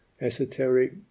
esoteric